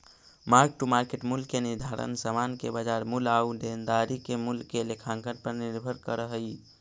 mark to market मूल्य के निर्धारण समान के बाजार मूल्य आउ देनदारी के मूल्य के लेखांकन पर निर्भर करऽ हई